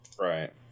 Right